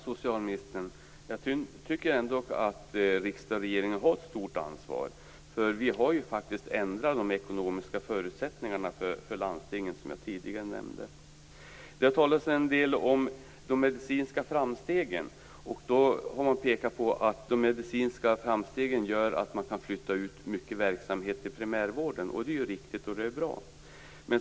Fru talman! Jag tycker att riksdagen och regeringen har ett stort ansvar, socialministern. Vi har ändrat de ekonomiska förutsättningarna för landstingen. Det har talats en del om de medicinska framstegen. De medicinska framstegen gör att mycket verksamhet kan flyttas ut till primärvården. Det är riktigt och bra.